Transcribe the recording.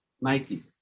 Nike